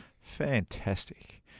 fantastic